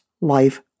life